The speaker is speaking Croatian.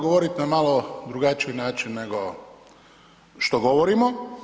govoriti na malo drugačiji način nego što govorimo.